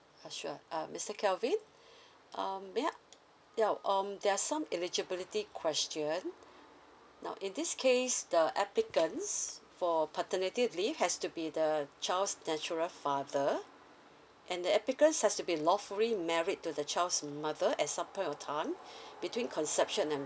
uh sure uh mister calvin um may I ya um there are some eligibility question now in this case the applicants for paternity leave has to be the child's natural father and the applicants has to be lawfully married to the child's mother at some point of time between conception and